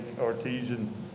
Artesian